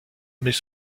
mais